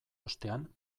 ostean